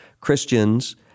Christians